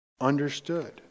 understood